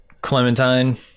Clementine